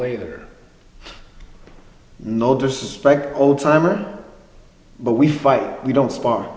later no disrespect old timer but we fight we don't spar